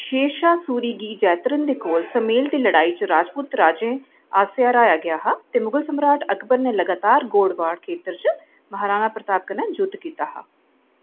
शेरशाह् सूरी गी जैतरन दे कोल सम्मेल दी लड़ाई च राजपूत राजें आसेआ हराया गेआ हा ते मुगल सम्राट अकबर ने लगातार गोड़वाड़ खेत्तर च महाराणा प्रताप कन्नै जुद्ध कीता हा